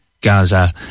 Gaza